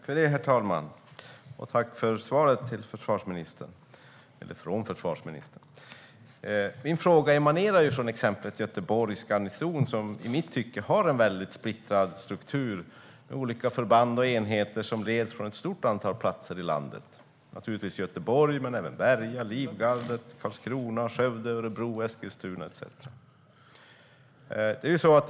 Herr talman! Tack, försvarsministern, för svaret! Min fråga emanerade ju från exemplet Göteborgs garnison, som i mitt tycke har en väldigt splittrad struktur med olika förband och enheter som leds från ett stort antal platser i landet: Göteborg, Berga, Livgardet, Karlskrona, Skövde, Örebro, Eskilstuna etcetera.